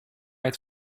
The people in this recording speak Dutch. het